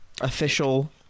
Official